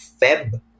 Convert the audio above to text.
Feb